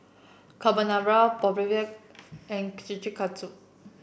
Carbonara Boribap and Kushikatsu